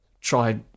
try